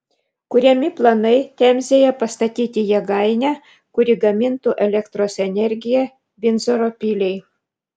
kuriami planai temzėje pastatyti jėgainę kuri gamintų elektros energiją vindzoro piliai